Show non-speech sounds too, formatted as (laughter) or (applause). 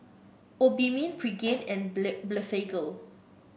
Obimin Pregain and (unintelligible) Blephagel